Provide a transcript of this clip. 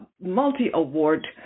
multi-award